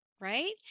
right